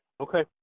Okay